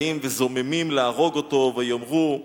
באים וזוממים להרוג אותו, ויאמרו: